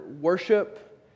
worship